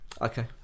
Okay